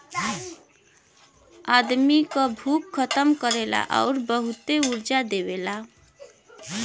आदमी क भूख खतम करेला आउर बहुते ऊर्जा देवेला